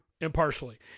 impartially